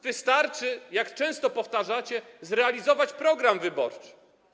Wystarczyłoby, jak często powtarzacie, zrealizować program wyborczy.